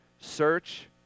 Search